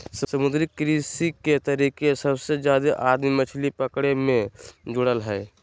समुद्री कृषि के तरीके सबसे जादे आदमी मछली पकड़े मे जुड़ल हइ